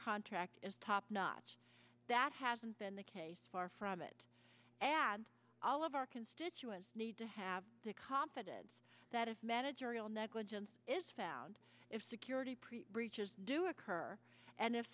contract is top notch that hasn't been the case far from it and all of our constituents need to have the confidence that if managerial negligence is found if security pre breaches do occur and if